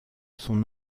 son